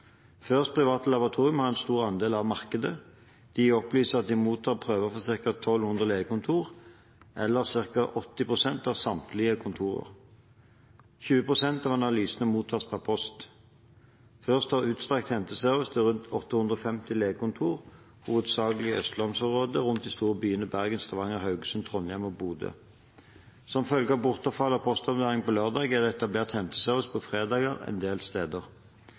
Laboratorium har en stor andel av markedet. De opplyser at de mottar prøver fra ca. 1 200 legekontor, eller ca. 80 pst. av samtlige kontorer. 20 pst. av analysene mottas per post. Fürst har utstrakt henteservice til rundt 850 legekontor, hovedsakelig i østlandsområdet og rundt de store byene Bergen, Stavanger, Haugesund, Trondheim og Bodø. Som følge av bortfall av postombæring på lørdag, er det etablert henteservice på fredager en del steder.